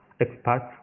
experts